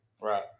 Right